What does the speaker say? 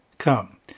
come